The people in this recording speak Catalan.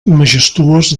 majestuós